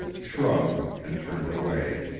shrugged, and turned away.